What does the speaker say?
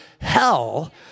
hell